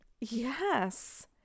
Yes